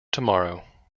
tomorrow